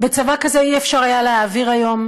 בצבא כזה לא היה אפשר להעביר היום